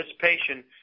participation